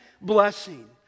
blessing